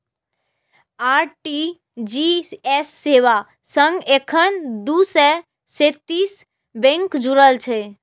RTGS सेवा सं एखन दू सय सैंतीस बैंक जुड़ल छै